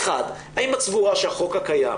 האם את סבורה שהחוק הקיים